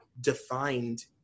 defined